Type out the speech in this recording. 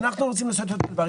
ואנו רוצים לעשות אותו דבר.